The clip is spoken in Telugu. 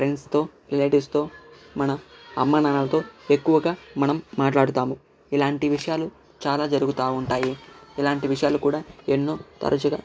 ఫ్రెండ్స్ తో రిలేటివ్స్ తో మన అమ్మానాన్నలతో ఎక్కువగా మనం మాట్లాడుతాము ఇలాంటి విషయాలు చాలా జరుగుతుంటాయిఇలాంటి విషయాలు కూడా ఎన్నో తరచుగా